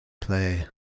play